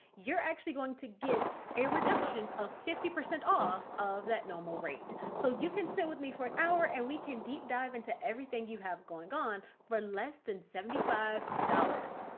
you're actually going to get a reduction of fifty percent off of that normal rate. so you can sit with me for an hour and we can deep dive into everything you have going on for less than seventy five dollars.